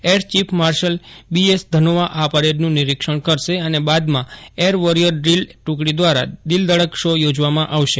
air chief marshal B S Dhanoa આ પરેડનું નિરીક્ષણ કરશે અને બાદમાં એર વોરિયર ડ્રીલ ટેકડી દ્વારા દીલધડક શો યોજવામાં આવશે